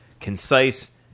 concise